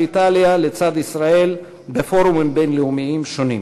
איטליה לצד ישראל בפורומים בין-לאומיים שונים.